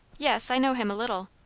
yes, i know him a little.